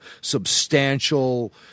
substantial